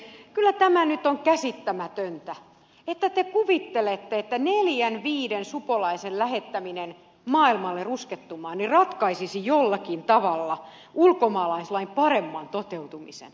kyllä tämä nyt on käsittämätöntä että te kuvittelette että neljän viiden supolaisen lähettäminen maailmalle ruskettumaan ratkaisisi jollakin tavalla ulkomaalaislain paremman toteutumisen